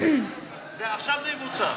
שטייניץ הוא פמיניסט.